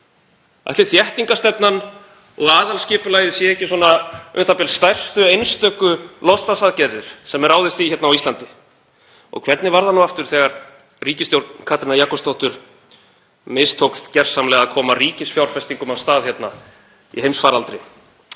Ætli þéttingarstefna og aðalskipulagið séu ekki svona u.þ.b. stærstu einstöku loftslagsaðgerðir sem ráðist er í hér á Íslandi? Og hvernig var það nú aftur þegar ríkisstjórn Katrínar Jakobsdóttur mistókst gersamlega að koma ríkisfjárfestingum af stað hérna í heimsfaraldri?